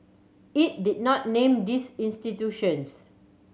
it did not name these institutions